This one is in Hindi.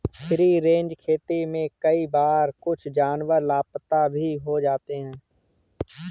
फ्री रेंज खेती में कई बार कुछ जानवर लापता भी हो सकते हैं